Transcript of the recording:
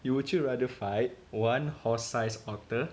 you would you rather fight one horse-sized otter